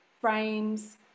frames